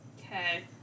Okay